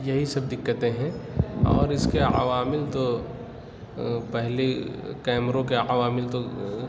یہی سب دقتیں ہیں اور اِس کے عوامل تو پہلی کیمروں کے عوامل تو